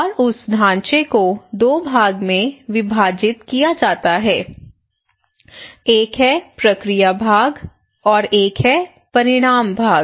और उस ढाँचे को दो भाग में विभाजित किया जा सकता है एक है प्रक्रिया भाग एक है परिणाम भाग